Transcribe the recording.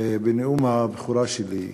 בנאום הבכורה שלי,